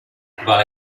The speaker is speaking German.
war